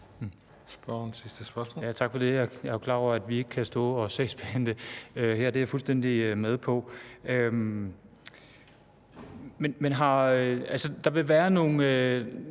Jeg er jo klar over, at vi ikke kan stå og sagsbehandle her; det er jeg fuldstændig med på. Men der vil være nogle